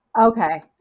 Okay